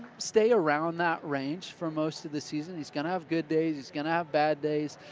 stay around that range for most of the season, he's going to have good days, he's going to have bad days,